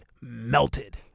melted